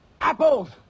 Apples